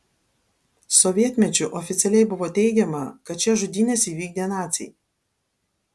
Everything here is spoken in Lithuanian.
sovietmečiu oficialiai buvo teigiama kad šias žudynes įvykdė naciai